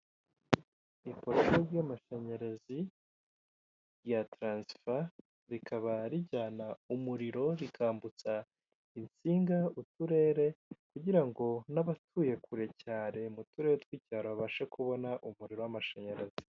Ipoto ry'amashanyarazi ya taransifa rikaba rijyana umuriro rikambutsa insinga mu kirere, kugira ngo n'abatuye kure cyane mu turere tw'icyaro babashe kubona umuriro w'amashanyarazi.